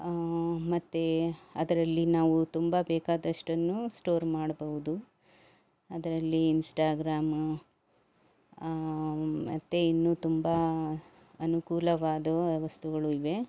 ಮತ್ತೆ ಅದರಲ್ಲಿ ನಾವು ತುಂಬ ಬೇಕಾದಷ್ಟನ್ನು ಸ್ಟೋರ್ ಮಾಡಬೌದು ಅದರಲ್ಲಿ ಇನ್ಸ್ಟಾಗ್ರಾಮ ಮತ್ತು ಇನ್ನೂ ತುಂಬ ಅನುಕೂಲವಾದ ವ್ಯವಸ್ಥೆಗಳು ಇವೆ